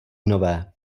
nové